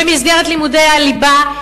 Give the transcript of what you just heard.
במסגרת לימודי הליבה,